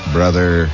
Brother